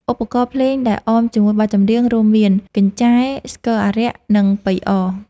ឧបករណ៍ភ្លេងដែលអមជាមួយបទចម្រៀង រួមមានកញ្ឆែ ស្គរអារក្ស និងប៉ីអរ។